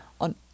on